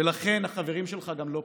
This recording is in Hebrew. ולכן החברים שלך לא פה,